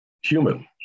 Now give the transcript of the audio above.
human